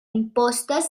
impostes